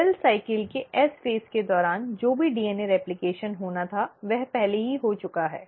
cell cycle के S चरण के दौरान जो भी डीएनए रेप्लकेशन होना था वह पहले ही हो चुका है